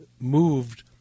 moved